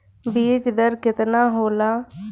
बीज दर केतना होला?